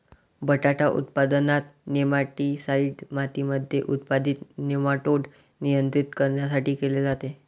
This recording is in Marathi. बटाटा उत्पादनात, नेमाटीसाईड मातीमध्ये उत्पादित नेमाटोड नियंत्रित करण्यासाठी केले जाते